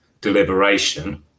deliberation